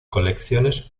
colecciones